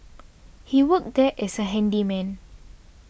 he worked there as a handyman